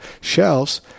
shelves